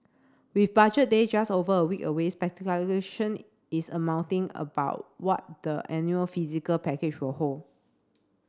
with Budget Day just over a week away is mounting about what the annual physical package will hold